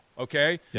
Okay